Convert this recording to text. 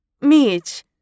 Mitch